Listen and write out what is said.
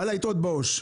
על היתרות בעו"ש.